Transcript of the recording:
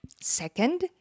Second